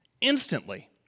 instantly